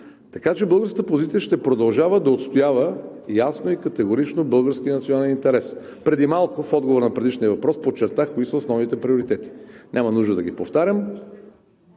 Така че българската позиция ще продължава да отстоява ясно и категорично българския национален интерес. Преди малко, в отговора на предишния въпрос, подчертах кои са основните приоритети. Няма нужда да ги повтарям.